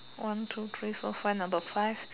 one two three four five number five